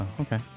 okay